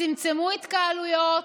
צמצמו התקהלויות.